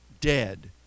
dead